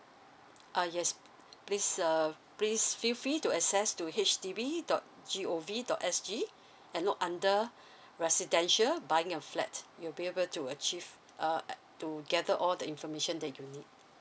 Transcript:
uh yes please uh please feel free to access to H D B dot G O V dot S G and look under residential buying a flat you'll be able to achieve uh to gather all the information that you need